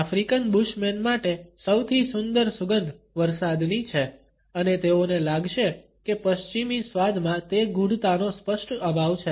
African bushman માટે સૌથી સુંદર સુગંધ વરસાદની છે અને તેઓને લાગશે કે પશ્ચિમી સ્વાદમાં તે ગૂઢતાનો સ્પષ્ટ અભાવ છે